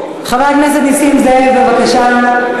חבר הכנסת נסים זאב, בבקשה.